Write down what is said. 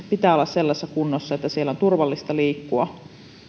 pitää olla sellaisessa kunnossa että siellä on turvallista liikkua